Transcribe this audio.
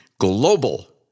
global